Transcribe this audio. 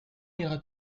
iras